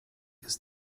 ist